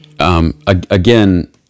Again